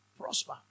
Prosper